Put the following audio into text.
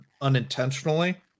unintentionally